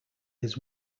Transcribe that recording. his